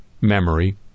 memory